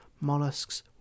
mollusks